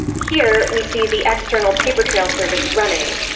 here we see the external papertrail service running,